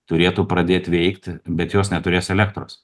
turėtų pradėt veikti bet jos neturės elektros